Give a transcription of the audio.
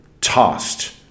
tossed